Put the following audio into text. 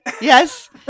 Yes